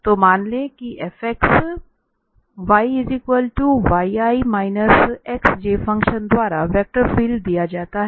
तो मान ले कि Fxyyi xj फ़ंक्शन द्वारा वेक्टर फील्ड दिया गया है